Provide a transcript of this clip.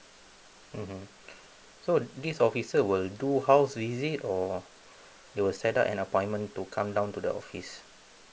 mmhmm so this officer will do house visit or they will set up an appointment to come down to the office